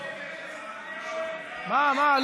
מה?